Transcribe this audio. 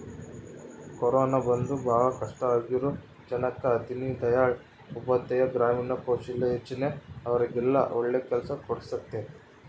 corona ಬಂದು ಭಾಳ ಕಷ್ಟ ಆಗಿರೋ ಜನಕ್ಕ ದೀನ್ ದಯಾಳ್ ಉಪಾಧ್ಯಾಯ ಗ್ರಾಮೀಣ ಕೌಶಲ್ಯ ಯೋಜನಾ ಅವ್ರಿಗೆಲ್ಲ ಒಳ್ಳೆ ಕೆಲ್ಸ ಕೊಡ್ಸುತ್ತೆ